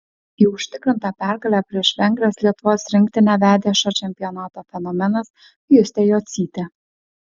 į užtikrintą pergalę prieš vengres lietuvos rinktinę vedė šio čempionato fenomenas justė jocytė